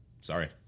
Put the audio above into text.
sorry